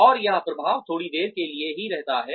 और यह प्रभाव थोड़ी देर के लिए ही रहता है